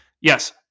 yes